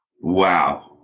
Wow